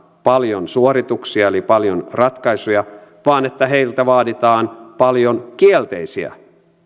paljon suorituksia eli paljon ratkaisuja vaan että heiltä vaaditaan paljon kielteisiä